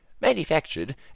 manufactured